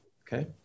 Okay